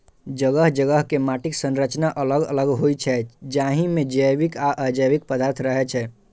जगह जगह के माटिक संरचना अलग अलग होइ छै, जाहि मे जैविक आ अजैविक पदार्थ रहै छै